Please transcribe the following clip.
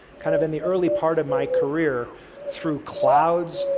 kind of in the early part of my career through clouds,